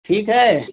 ठीक है